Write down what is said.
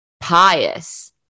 pious